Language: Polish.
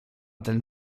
ten